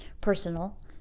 personal